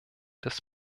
des